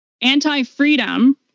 anti-freedom